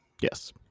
Yes